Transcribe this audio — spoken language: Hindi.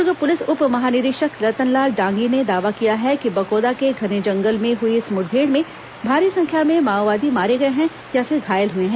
दर्ग पुलिस उप महानिरीक्षक रतन लाल डांगी ने दावा किया है कि बकोदा के घने जंगल में हई इस मुठभेड़ में भारी संख्या में माओवादी मारे गए हैं या फिर घायल हुए हैं